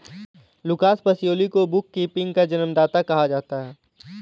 Lucas Pacioli को book keeping का जन्मदाता कहा जाता है